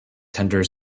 tender